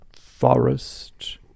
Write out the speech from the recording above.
Forest